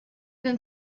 than